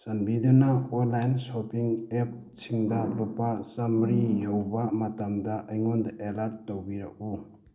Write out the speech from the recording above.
ꯆꯥꯟꯕꯤꯗꯨꯅ online shopping ꯑꯦꯞꯁꯤꯡꯗ ꯂꯨꯄꯥ ꯆꯥꯝꯃ꯭ꯔꯤ ꯌꯧꯕ ꯃꯇꯝꯗ ꯑꯩꯉꯣꯟꯗ ꯑꯦꯂꯥꯔꯠ ꯇꯧꯕꯤꯔꯛꯎ